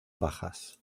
bajas